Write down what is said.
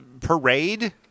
parade